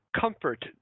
comfort